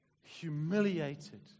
humiliated